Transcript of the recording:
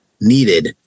needed